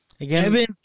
Kevin